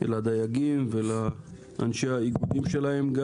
לדייגים ולאנשי האיגודים שלהם,